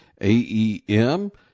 AEM